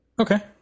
Okay